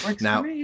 Now